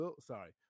Sorry